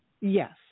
yes